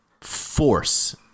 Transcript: force